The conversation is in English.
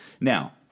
Now